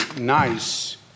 nice